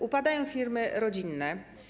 Upadają firmy rodzinne.